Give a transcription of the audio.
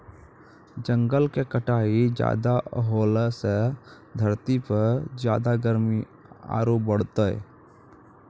जंगल के कटाई ज्यादा होलॅ सॅ धरती पर ज्यादा गर्मी आरो बढ़तै